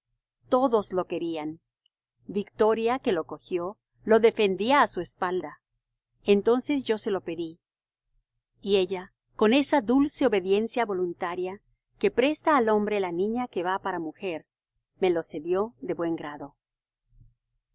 todos lo querían victoria que lo cogió lo defendía á su espalda entonces yo se lo pedí y ella con esa dulce obediencia voluntaria que presta al hombre la niña que va para mujer me lo cedió de buen grado